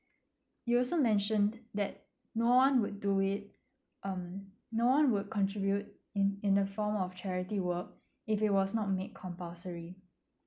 you also mentioned that no one would do it um no one would contribute in in the form of charity work if it was not made compulsory